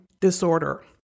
disorder